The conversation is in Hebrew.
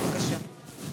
בבקשה.